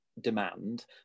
demand